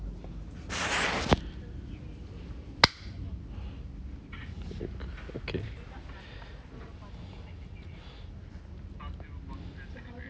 okay